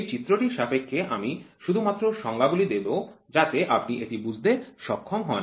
এই চিত্রটির সাপেক্ষে আমি শুধুমাত্র সংজ্ঞাগুলি দেব যাতে আপনি এটি বুঝতে সক্ষম হন